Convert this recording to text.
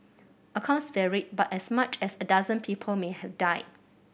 accounts varied but as much as a dozen people may have die